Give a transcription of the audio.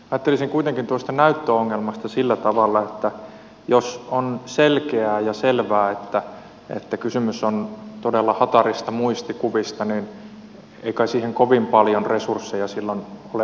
ajattelisin kuitenkin tuosta näyttöongelmasta sillä tavalla että jos on selkeää ja selvää että kysymys on todella hatarista muistikuvista niin ei kai siihen kovin paljon resursseja silloin ole mahdollistakaan käyttää